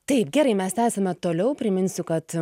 taip gerai mes tęsiame toliau priminsiu kad